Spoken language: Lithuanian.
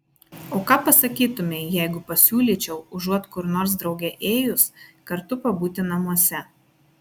o ką pasakytumei jeigu pasiūlyčiau užuot kur nors drauge ėjus kartu pabūti namuose